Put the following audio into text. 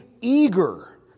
eager